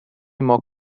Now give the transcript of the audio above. more